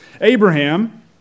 Abraham